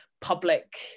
public